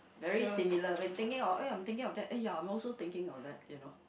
very similar when thinking of oh ya I'm thinking that eh ya I'm also thinking of that you know